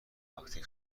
وقتی